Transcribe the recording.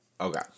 Okay